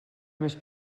més